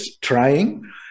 trying